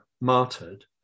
martyred